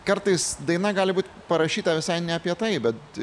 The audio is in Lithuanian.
kartais daina gali būt parašyta visai ne apie tai bet